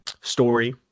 story